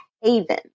haven